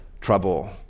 trouble